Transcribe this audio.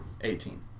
Eighteen